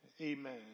Amen